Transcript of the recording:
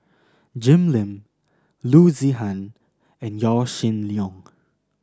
Jim Lim Loo Zihan and Yaw Shin Leong